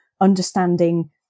understanding